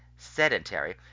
sedentary